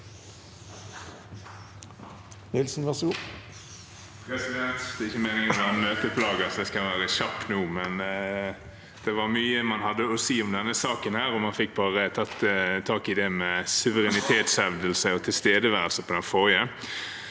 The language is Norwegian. Nilsen (FrP) Det er ikke meningen å være en møteplager, så jeg skal være kjapp nå. Det var mye man hadde å si om denne saken, og man fikk bare tatt tak i det med suverenitetshevdelse og tilstedeværelse i forrige